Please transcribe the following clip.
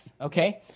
okay